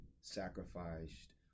sacrificed